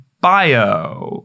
bio